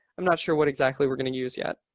i'm not sure what exactly we're going to use yet.